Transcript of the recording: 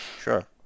Sure